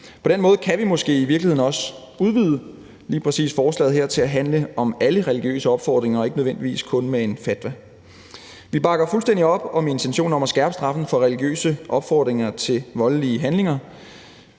På den måde kan vi måske i virkeligheden også udvide lige præcis forslaget her til at handle om alle religiøse opfordringer og ikke nødvendigvis kun om fatwaer. Vi bakker fuldstændig op om intentionen om at skærpe straffen for religiøse opfordringer til voldelige handlinger